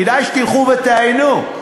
כדאי שתלכו ותעיינו,